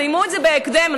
סיימו את זה בהקדם.